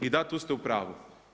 I da, tu ste u pravu.